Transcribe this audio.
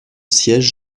siège